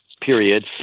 period